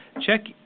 check